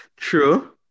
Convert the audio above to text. True